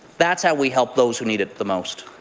that's how we help those who need it the most.